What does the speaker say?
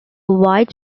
white